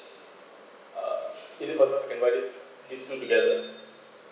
uh is it possible I can buy these these two together